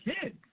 kids